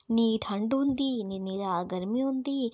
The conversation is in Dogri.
निं ठंड होंदी ते नेईं इन्नी ज्यादा गर्मी होंदी